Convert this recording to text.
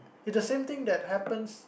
it's the same thing that happen